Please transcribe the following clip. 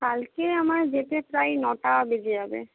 কালকে আমার যেতে প্রায় নটা বেজে যাবে